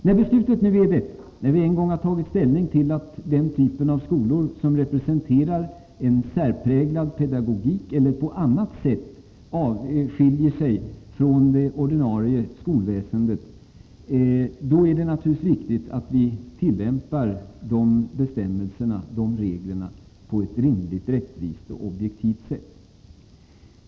När beslutet nu är detta, när vi en gång har tagit ställning till den typ av skolor som representerar en särpräglad pedagogik eller på annat sätt skiljer sig från det ordinarie skolväsendet, är det naturligtvis viktigt att vi tillämpar dessa regler på ett rimligt, rättvist och objektivt sätt.